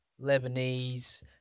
Lebanese